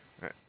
right